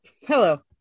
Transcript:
hello